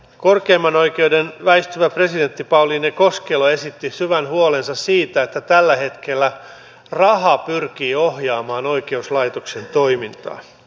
korkeimman oikeuden väistyvä presidentti pauliine koskelo esitti syvän huolensa siitä että tällä hetkellä raha pyrkii ohjaamaan oikeuslaitoksen toimintaa